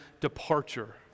departure